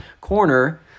corner